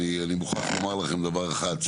ואני מוכרח לומר לכם דבר אחד,